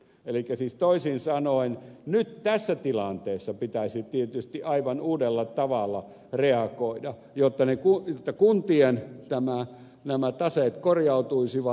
elikkä siis toisin sanoen nyt tässä tilanteessa pitäisi tietysti aivan uudella tavalla reagoida jotta kuntien taseet korjautuisivat